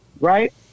Right